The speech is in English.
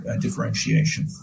differentiation